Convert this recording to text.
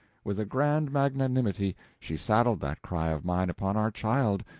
with a grand magnanimity she saddled that cry of mine upon our child,